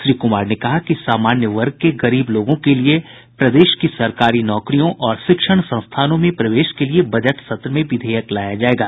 श्री कुमार ने कहा कि सामान्य वर्ग के गरीब लोगों के लिए प्रदेश की सरकारी नौकरियों और शिक्षण संस्थानों में प्रवेश के लिए बजट सत्र में विधेयक लाया जायेगा